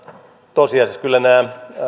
tosiasiassa kyllä nämä